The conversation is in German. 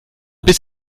bis